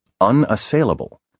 unassailable